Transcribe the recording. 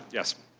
yes.